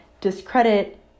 discredit